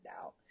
out